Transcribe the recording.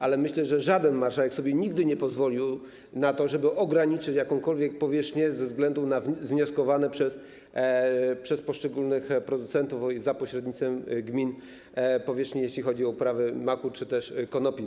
Ale myślę, że żaden marszałek nigdy nie pozwolił sobie na to, żeby ograniczyć jakąkolwiek powierzchnię ze względu na wnioskowanie przez poszczególnych producentów, za pośrednictwem gmin, jeśli chodzi o uprawę maku czy konopi.